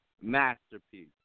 masterpiece